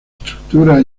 estructura